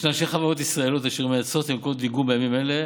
ישנן שתי חברות ישראליות אשר מייצרות ערכות דיגום בימים האלה,